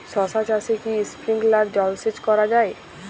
শশা চাষে কি স্প্রিঙ্কলার জলসেচ করা যায়?